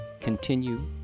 continue